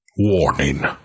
Warning